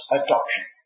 adoption